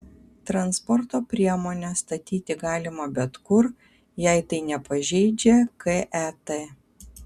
transporto priemones statyti galima bet kur jei tai nepažeidžia ket